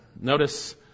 Notice